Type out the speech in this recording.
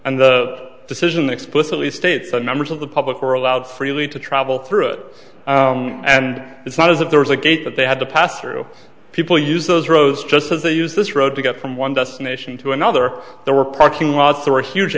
and the decision explicitly states that members of the public are allowed freely to travel through it and it's not as if there was a gate that they had to pass through people use those roads just as they use this road to get from one destination to another there were parking